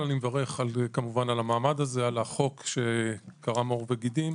אני מברך על המעמד הזה, על החוק שקרם עוד וגידים.